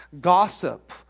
gossip